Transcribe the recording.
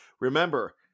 Remember